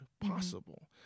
possible